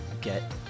get